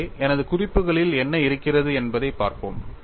எனவே எனது குறிப்புகளில் என்ன இருக்கிறது என்பதைப் பார்ப்போம்